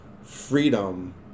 freedom